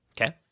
Okay